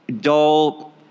dull